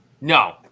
No